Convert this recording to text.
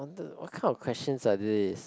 what kind of questions are these